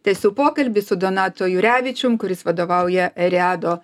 tęsiu pokalbį su donatu jurevičium kuris vadovauja eriado